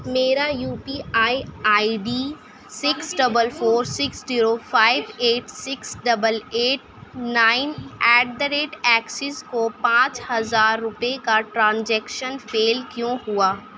میرا U P I I D six double four six zero five eight six double eight nine eight the rate Axis کو پانچ ہزار روپئے کا transaction fail کیوں ہوا